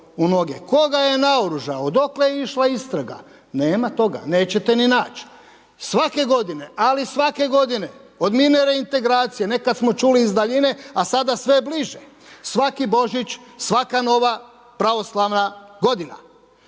ga je naoružao? Dokle je išla istraga? Nema toga. Nećete ni naći. Svake godine, ali svake godine od mirne reintegracije nekada smo čuli iz daljine, a sada sve bliže. Svaki Božić, svaka Nova pravoslavna godina